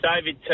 David